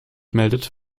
meldet